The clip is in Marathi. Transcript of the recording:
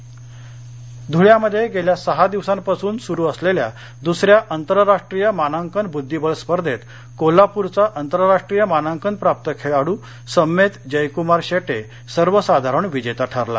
ध्वळे ध्रळ्यामध्ये गेल्या सहा दिवसांपासून सुरु असलेल्या दुसऱ्या आंतरराष्ट्रीय मानांकन ब्रध्दीबळ स्पर्धेत कोल्हाप्रचा आंतरराष्ट्रीय मानांकन प्राप्त खेळाडू सम्मेद जयकुमार शेट्ये सर्वसाधारण विजेता ठरला